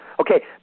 Okay